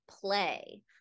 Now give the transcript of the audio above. play